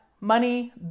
money